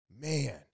man